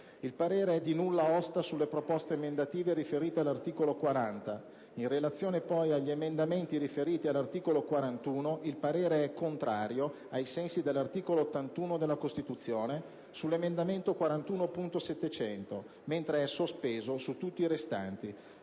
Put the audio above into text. Il parere è di nulla osta sulle proposte emendative riferite all'articolo 40. In relazione poi agli emendamenti riferiti all'articolo 41, il parere è contrario, ai sensi dell'articolo 81 della Costituzione, sull'emendamento 41.700, mentre è sospeso su tutti i restanti.